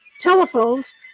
Telephones